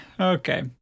Okay